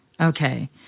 Okay